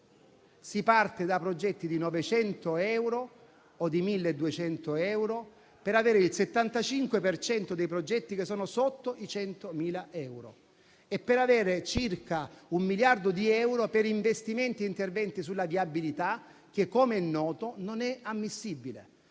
Si parte da progetti di 900 o 1.200 euro per avere il 75 per cento dei progetti che sono sotto i 100.000 euro e per avere circa un miliardo di euro per investimenti e interventi sulla viabilità che, come è noto, non è ammissibile.